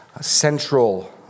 central